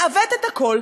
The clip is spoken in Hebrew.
לעוות את הכול,